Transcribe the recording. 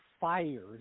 fired